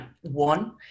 one